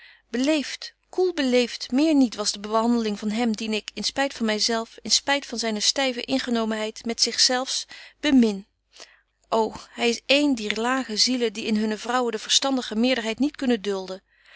beleeft koel beleeft meer niet was de behandeling van hem dien ik in spyt van my zelf in spyt van zyne styve ingenomenheid met zich zelfs bemin ô hy is een dier lage zielen die in hunne vrouwen de verstandige meerderheid niet kunnen dulden